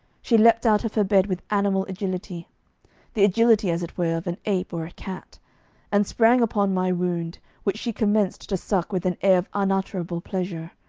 she leaped out of her bed with animal agility the agility, as it were, of an ape or a cat and sprang upon my wound, which she commenced to suck with an air of unutterable pleasure.